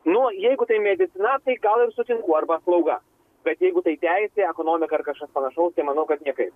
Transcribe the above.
nu jeigu tai medicina tai gal ir sutinku arba slauga bet jeigu tai teisė ekonomika ar kažkas panašaus tai manau kad niekaip